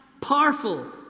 powerful